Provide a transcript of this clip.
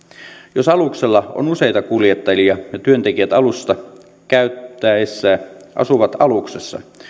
jos aluksella on useita kuljettajia ja työntekijät alusta käyttäessään asuvat aluksessa